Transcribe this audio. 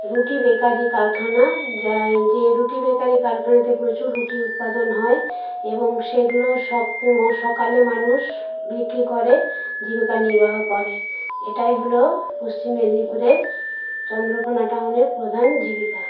রুটি বেকারি কারখানা যা যে রুটি বেকারি কারখানাতে প্রচুর রুটি উৎপাদন হয় এবং সেগুলো সক সকালে মানুষ বিক্রি করে জীবিকা নির্বাহ করে এটাই হলো পশ্চিম মেদনীপুরের চন্দ্রকোনা টাউনের প্রধান জীবিকা